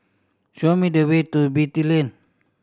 show me the way to Beatty Lane